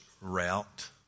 route